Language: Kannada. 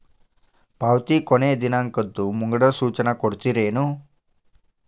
ಪಾವತಿ ಕೊನೆ ದಿನಾಂಕದ್ದು ಮುಂಗಡ ಸೂಚನಾ ಕೊಡ್ತೇರೇನು?